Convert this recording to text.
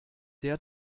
der